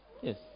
yes